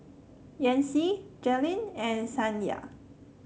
Yancy Jaylyn and Saniya